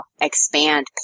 expand